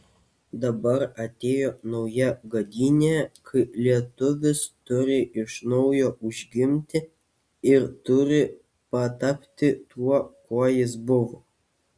dabar atėjo nauja gadynė kai lietuvis turi iš naujo užgimti ir turi patapti tuo kuo jis buvo